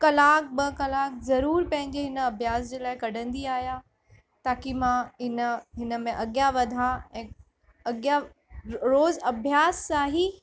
कलाक ॿ कलाक ज़रूरु पंहिंजे हिन अभ्यास जे लाइ कढंदी आहियां ताकि मां इन हिन में अॻियां वधां ऐं अॻियां रोज़ु अभ्यास सां ई